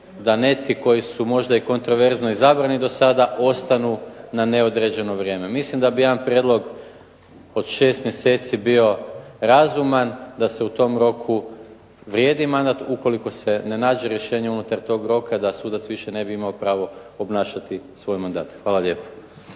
da neki koji su možda i kontroverzno izabrani dosada ostanu na neodređeno vrijeme. Mislim da bi jedan prijedlog od 6 mjeseci bio razuman da se u tom roku vrijedi mandat, ukoliko se ne nađe rješenje unutar tog roka da sudac više ne bi imao pravo obnašati svoj mandat. Hvala lijepo.